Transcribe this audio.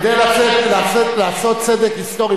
כדי לעשות צדק היסטורי,